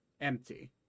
empty